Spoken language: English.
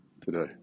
today